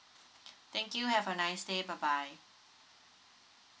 thank you have a nice day bye bye